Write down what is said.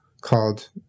called